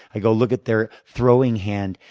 i go look at their throwing hand,